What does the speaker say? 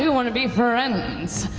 want to be friends.